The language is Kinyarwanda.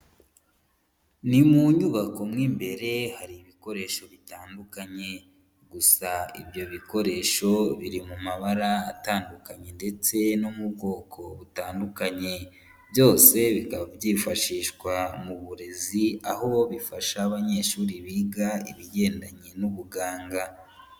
Ni mu nyubako mo imbere hari ibikoresho bitandukanye, gusa ibyo bikoresho biri mu mabara atandukanye ndetse no mu bwoko butandukanye, byose bikaba byifashishwa mu burezi, aho bifasha abanyeshuri biga ibigendanye n'ubuganga.